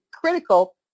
critical